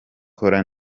kora